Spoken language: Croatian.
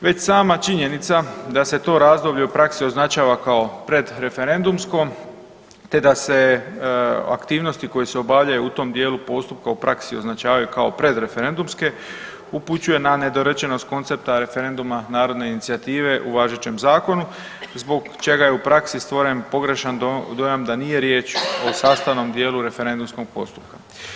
Već sama činjenica da se to razdoblje u praksi označava kao predreferendumsko te da se aktivnosti koje se obavljaju u tom dijelu postupka u praksi označavaju kao predreferendumske, upućuje na nedorečenost koncepta referenduma narodne inicijative u važećem Zakonu zbog čega je u praksi stvoren pogrešan dojam da nije riječ o sastavnom dijelu referendumskog postupka.